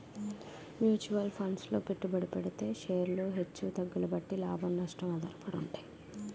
mutual funds లో పెట్టుబడి పెడితే షేర్లు హెచ్చు తగ్గుల బట్టి లాభం, నష్టం ఆధారపడి ఉంటాయి